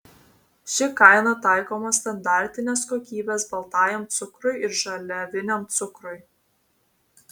ši kaina taikoma standartinės kokybės baltajam cukrui ir žaliaviniam cukrui